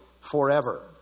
forever